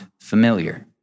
familiar